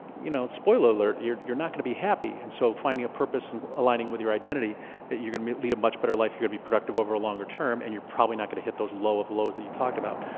you know spoiler alert, you're you're not gonna be happy. and so finding a purpose and aligning with your identity that you're gonna lead much better life, you're gonna be productive over a longer term and you're probably not gonna hit those low of lows that you talked about.